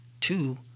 Two